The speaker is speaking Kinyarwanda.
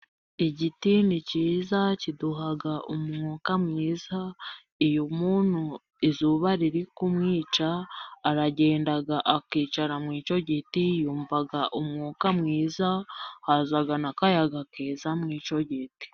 Igiti ni kiza kiduha umwuka mwiza. Ikyo umuntu izuba riri kumwica, aragenda akicara muri icyo giti, yumva umwuka mwiza, haza n'akayaga keza muri icyo giti.